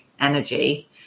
energy